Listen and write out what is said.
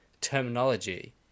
terminology